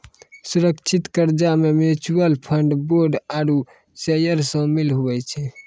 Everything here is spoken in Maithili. सुरक्षित कर्जा मे म्यूच्यूअल फंड, बोंड आरू सेयर सामिल हुवै छै